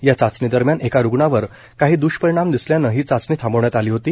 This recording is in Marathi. या चाचणी दरम्यान एका रुग्णावर काही द्रष्परिणाम दिसल्यानं ही चाचणी थांबवण्यात आली होती